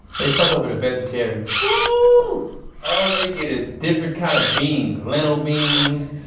they fuck over the vegetarians whoo all they get is different kind of beans. lentil beans,